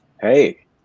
Hey